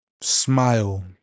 smile